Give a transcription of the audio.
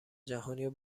جهانیو